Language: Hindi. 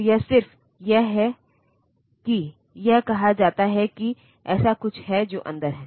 तो यह सिर्फ यह है कि यह कहा जाता है कि ऐसा कुछ है जो अंदर है